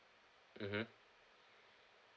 mmhmm